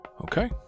okay